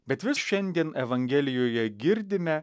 bet vis šiandien evangelijoje girdime